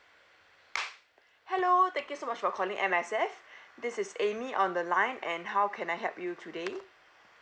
hello thank you so much for calling M_S_F this is amy on the line and how can I help you today